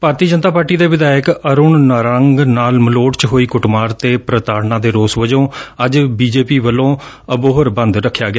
ਭਾਰਤੀ Janata party ਦੇ ਵਿਧਾਇਕ ਅਰੁਣ ਨਾਰੰਗ ਨਾਲ ਮਲੋਟ ਚ ਹੋਈ ਕੁੱਟਮਾਰ ਤੇ ਪ੍ਤਾੜਨਾ ਦੇ ਰੋਸ ਵਜੋ ਅੱਜ ਬੀਜੇਪੀ ਵੱਲੋਂ ਦੁਪਹਿਰ ਦੋ ਵਜੇ ਤੱਕ ਅਬੋਹਰ ਬੰਦ ਰੱਖਿਆ ਗਿਆ